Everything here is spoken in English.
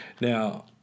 Now